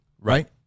right